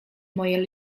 moje